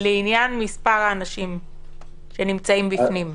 לעניין מספר האנשים שנמצאים בפנים?